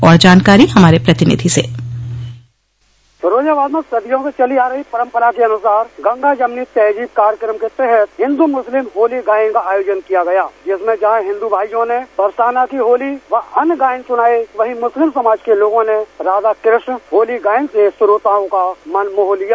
और जानकारी हमारे प्रतिनिधि से फिरोजाबाद में सदियों से चली आ रही परम्परा के अनुसार गंगा जमुनी तहजीब कार्यक्रम के तहत हिन्दू मुस्लिम होली गायन का आयोजन किया गया जिसमें जहॉ हिन्दू भाइयों ने बरसाना की होली व अन्य गायन सुनाय वहीं मुस्लिम समाज के लोगों ने राधा कृष्ण होली गायन से श्रोताओं का मन मोह लिया